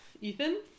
Ethan